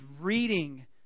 reading